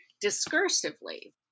discursively